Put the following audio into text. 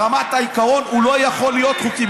ברמת העיקרון הוא לא יכול חוקי,